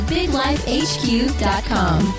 BigLifeHQ.com